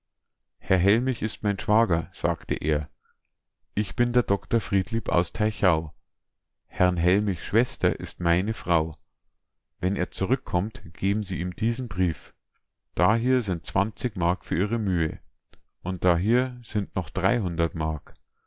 herr hellmich ist mein schwager sagte er ich bin der dr friedlieb aus teichau herrn hellmichs schwester ist meine frau wenn er zurückkommt geben sie ihm diesen brief dahier sind zwanzig mark für ihre mühe und dahier sind noch dreihundert mark